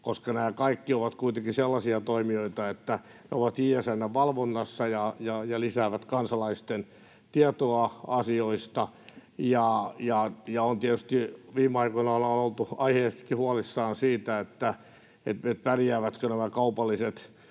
koska nämä kaikki ovat kuitenkin sellaisia toimijoita, että ne ovat JSN:n valvonnassa ja lisäävät kansalaisten tietoa asioista. Tietysti viime aikoina ollaan oltu aiheestakin huolissaan siitä, pärjäävätkö nämä kaupalliset